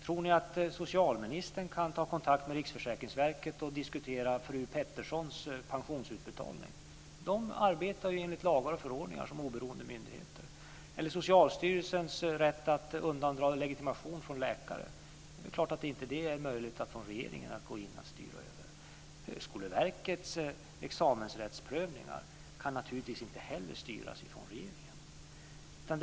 Tror ni att socialministern kan ta kontakt med Riksförsäkringsverket och diskutera fru Petterssons pensionsutbetalning? De arbetar ju enligt lagar och förordningar som oberoende myndighet. Eller också kan vi ta Socialstyrelsens rätt att undandra legitimation från läkare. Det är klart att det inte är möjligt att gå in från regeringen och styra över det. Högskoleverkets examensrättsprövningar kan naturligtvis inte heller styras från regeringen.